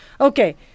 Okay